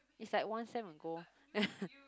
is like one sem ago